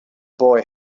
boy